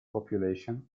population